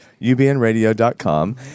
UBNradio.com